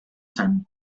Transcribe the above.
sant